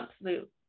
absolute